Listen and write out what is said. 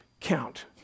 count